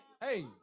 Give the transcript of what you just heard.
hey